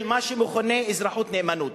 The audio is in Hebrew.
של מה שמכונה "אזרחות, נאמנות".